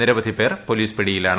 നിരവധിപേർ പോലീസ് പിടിയിലാണ്